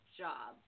job